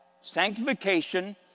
sanctification